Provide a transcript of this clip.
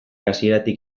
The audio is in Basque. hasieratik